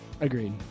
Agreed